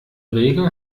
regel